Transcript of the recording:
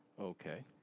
Okay